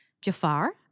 Jafar